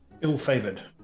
Ill-favored